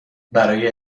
برای